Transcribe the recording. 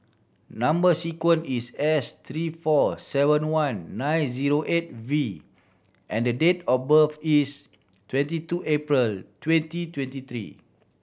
number sequence is S three four seven one nine zero eight V and date of birth is twenty two April twenty twenty three